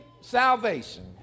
salvation